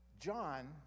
John